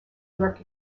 york